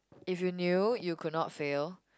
if you knew you could not fail